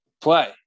play